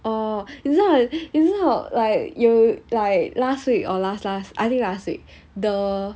oh 你知道你知道 like 有 like last week or last last I think last week the